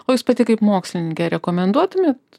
o jūs pati kaip mokslininkė rekomenduotumėt